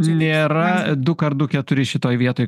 nėra dukart du keturi šitoj vietoj